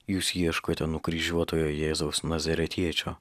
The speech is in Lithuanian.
jūs ieškote nukryžiuotojo jėzaus nazaretiečio